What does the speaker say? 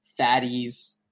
fatties